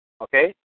Okay